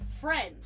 friend